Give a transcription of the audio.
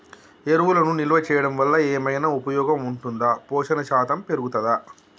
ఎరువులను నిల్వ చేయడం వల్ల ఏమైనా ఉపయోగం ఉంటుందా పోషణ శాతం పెరుగుతదా?